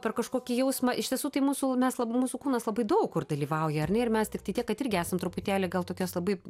per kažkokį jausmą iš tiesų tai mūsų mes lab mūsų kūnas labai daug kur dalyvauja ar ne ir mes tiktai tiek kad irgi esam truputėlį gal tokios labai